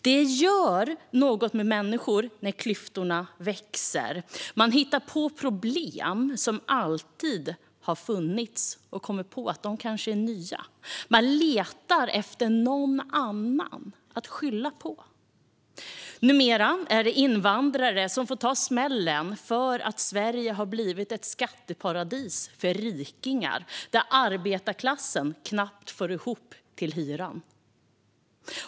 Det gör något med människor när klyftorna växer: Man hittar på att problem som alltid har funnits kanske är nya. Man letar efter någon annan att skylla på. Numera är det invandrare som får ta smällen för att Sverige har blivit ett skatteparadis för rikingar, där arbetarklassen knappt får ihop till hyran.